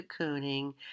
cocooning